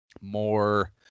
more